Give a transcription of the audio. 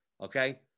okay